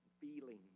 feelings